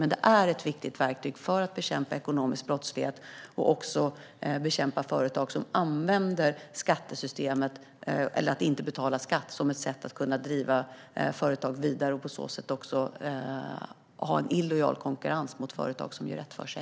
Men det är ett viktigt verktyg för att bekämpa ekonomisk brottslighet och företag som inte betalar skatt för att de ska kunna driva företagen vidare och på så sätt ha en illojal konkurrens mot företag som gör rätt för sig.